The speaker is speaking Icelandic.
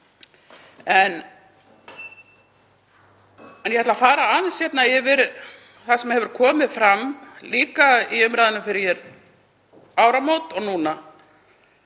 Ég ætla að fara aðeins yfir það sem hefur komið fram líka í umræðunni fyrir áramót og núna.